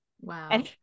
Wow